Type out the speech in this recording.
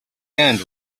end